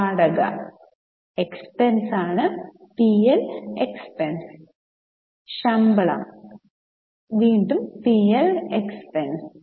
വാടക P L expense ശമ്പളം P L expense